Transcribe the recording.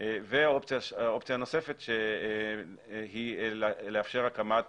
והאופציה הנוספת היא לאפשר הקמת